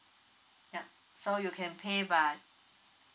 yup so you can pay by